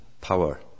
power